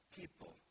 people